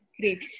Great